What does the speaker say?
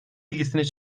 ilgisini